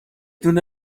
دونه